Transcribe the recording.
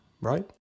right